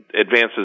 advances